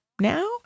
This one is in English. now